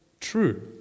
true